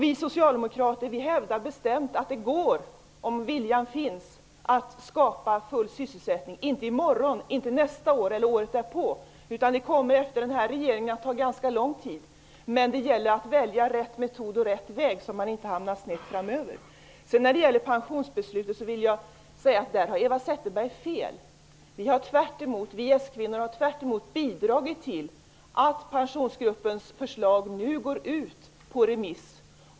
Vi socialdemokrater hävdar bestämt att det går att skapa full sysselsättning om viljan finns, men inte i morgon, inte nästa år eller året därpå. Efter den här regeringen kommer det att ta ganska lång tid. Men det gäller att välja rätt metod och rätt väg så att vi inte hamnar snett framöver. När det gäller pensionsbeslutet har Eva Zetterberg fel. Vi socialdemokratiska kvinnor har i stället bidragit till att pensionsgruppens förslag nu går ut på remiss.